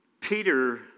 Peter